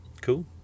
Cool